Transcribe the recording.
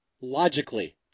logically